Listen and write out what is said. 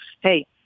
hey